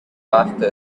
passed